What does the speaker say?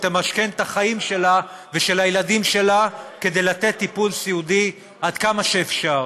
ותמשכן את החיים שלה ושל הילדים שלה כדי לתת טיפול סיעודי עד כמה שאפשר,